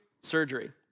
Surgery